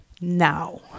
now